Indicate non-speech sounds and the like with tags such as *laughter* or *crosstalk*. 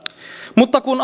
mutta kun *unintelligible*